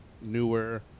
newer